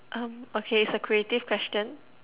um okay it's a creative question